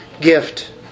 gift